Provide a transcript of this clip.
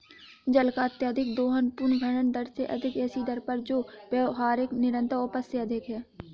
जल का अत्यधिक दोहन पुनर्भरण दर से अधिक ऐसी दर पर जो व्यावहारिक निरंतर उपज से अधिक है